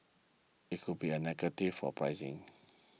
it could be a negative for pricing